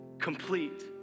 complete